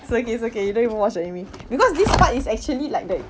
it's okay it's okay you don't even watch the anime because this part is actually like the